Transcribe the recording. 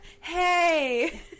Hey